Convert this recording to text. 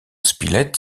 spilett